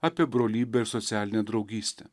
apie brolybę ir socialinę draugystę